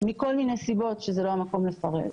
מכל מיני סיבות שזה לא המקום לפרט.